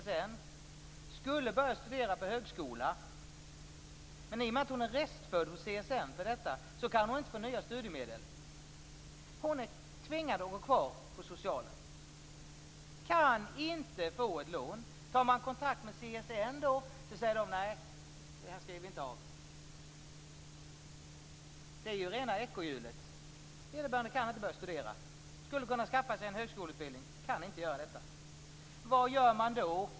Hon skulle börja studera på högskola, men i och med att hon är restförd på CSN kan hon inte få nya studiemedel. Hon är tvingad att gå kvar på socialen. Hon kan inte få ett lån. Tar man kontakt med CSN säger de: Nej, det här skriver vi inte av. Det är ju rena ekorrhjulet. Vederbörande kan inte börja studera. Hon skulle kunna skaffa sig en högskoleutbildning men kan inte göra det. Vad gör man då?